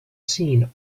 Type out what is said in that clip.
seen